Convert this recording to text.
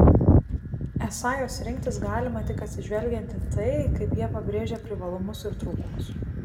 esą juos rinktis galima tik atsižvelgiant į tai kaip jie pabrėžia privalumus ir trūkumus